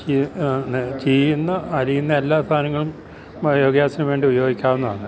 ചീയ്യുന്ന അലിയുന്ന എല്ലാ സാധനങ്ങളും ബയോഗ്യാസിന് വേണ്ടി ഉപയോഗിക്കാവുന്നതാണ്